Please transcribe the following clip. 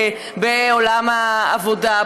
בעולם העבודה.